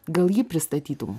gal jį pristatytum